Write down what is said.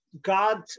God